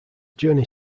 journey